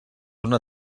una